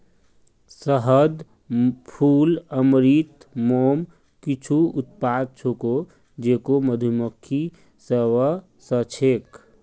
शहद, फूल अमृत, मोम कुछू उत्पाद छूके जेको मधुमक्खि स व स छेक